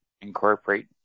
incorporate